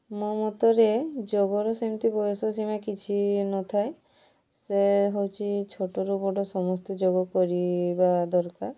ମୋ ମତରେ ଯୋଗର ସେମିତି ବୟସ ସୀମା କିଛି ନଥାଏ ସେ ହେଉଛି ଛୋଟରୁ ବଡ଼ ସମସ୍ତେ ଯୋଗ କରିବା ଦରକାର